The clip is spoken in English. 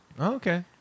Okay